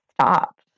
stopped